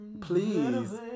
please